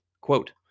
Quote